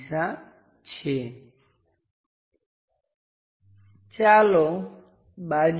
આપણે જોઈશું અને આ સિલિન્ડર હોલ કદાચ ત્યાં બનાવ્યો હશે